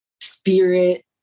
spirit